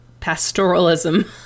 pastoralism